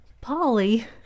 Polly